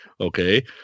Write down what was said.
Okay